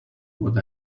what